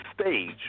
stage